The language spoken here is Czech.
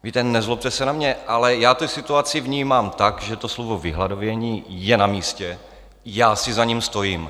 Víte, nezlobte se na mě, ale já tu situaci vnímám tak, že to slovo vyhladovění je namístě, já si za ním stojím.